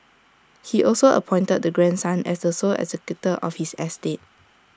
he also appointed the grandson as the sole executor of his estate